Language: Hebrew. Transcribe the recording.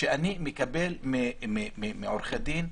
שאני מקבל מעורכי דין,